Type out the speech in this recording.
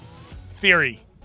theory